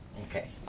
Okay